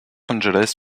angeles